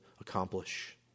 accomplish